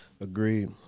Agreed